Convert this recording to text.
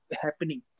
happening